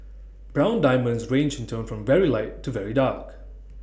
brown diamonds range in tone from very light to very dark